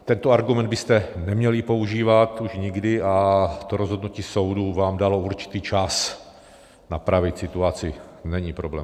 Tento argument byste neměli používat už nikdy, a to rozhodnutí soudu vám dalo určitý čas napravit situaci, to není problém.